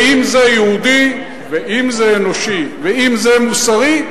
ואם זה יהודי ואם זה אנושי ואם זה מוסרי,